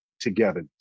together